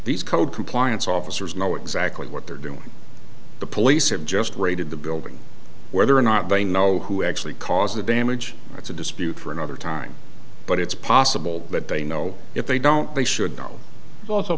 these code compliance officers know exactly what they're doing the police have just raided the building whether or not they know who actually caused the damage that's a dispute for another time but it's possible that they know if they don't they should know also